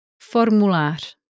formular